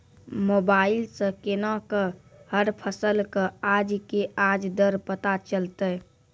Mobile सऽ केना कऽ हर फसल कऽ आज के आज दर पता चलतै?